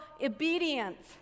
obedience